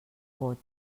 vot